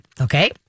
okay